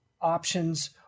options